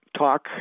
talk